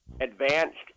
advanced